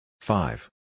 Five